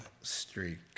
streak